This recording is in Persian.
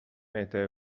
اهدای